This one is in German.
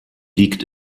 liegt